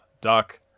duck